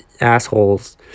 assholes